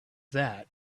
that